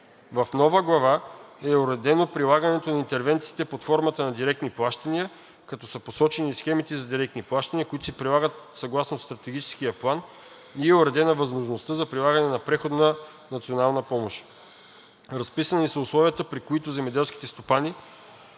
В нова глава е уредено прилагането на интервенциите под формата на директни плащания, като са посочени схемите за директни плащания, които се прилагат съгласно Стратегическия план, и е уредена възможността за прилагане на преходна национална помощ. Разписани са условията, при които земеделските стопани